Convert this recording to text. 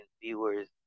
viewers